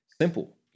simple